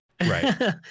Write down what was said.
Right